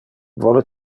vole